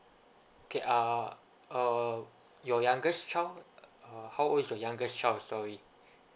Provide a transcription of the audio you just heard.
okay uh uh your youngest child uh how old is your youngest child sorry